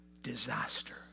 disaster